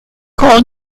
come